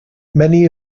many